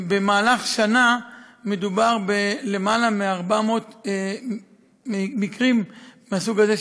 במהלך שנה מדובר בלמעלה מ-400 בני-נוער מהסוג הזה,